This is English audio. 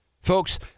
Folks